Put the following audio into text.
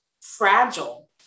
fragile